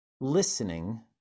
listening